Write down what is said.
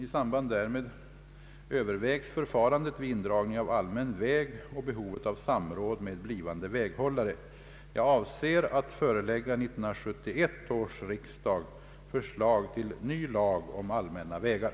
I samband därmed övervägs förfarandet vid indragning av allmän väg och behovet av samråd med blivande väghållare. Jag avser att förelägga 1971 års riksdag förslag till ny lag om allmänna vägar.